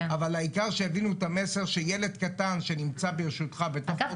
העיקר שיבינו את המסר שילד קטן שנמצא ברשותך --- אגב,